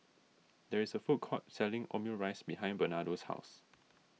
there is a food court selling Omurice behind Bernardo's house